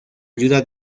ayuda